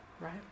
right